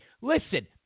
listen